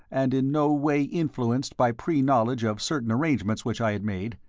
and in no way influenced by pre-knowledge of certain arrangements which i had made,